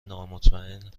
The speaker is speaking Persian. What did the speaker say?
نامطمئن